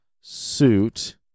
suit